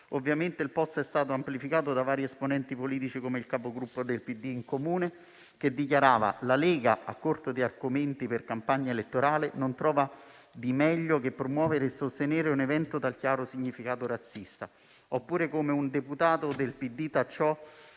Ovviamente il *post* è stato amplificato da vari esponenti politici, come il capogruppo del PD in Comune, che ha dichiarato: «La Lega, a corto di argomenti per la campagna elettorale, non trova di meglio che promuovere e sostenere un evento dal chiaro significato razzista». Un altro deputato del PD ha